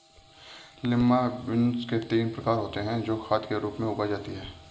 lima beans के तीन प्रकार होते हे जो खाद के रूप में उगाई जाती हें